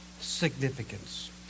significance